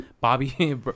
Bobby